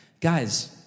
Guys